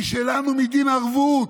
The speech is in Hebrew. היא שלנו מדין ערבות,